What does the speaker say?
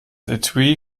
etui